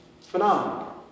phenomenal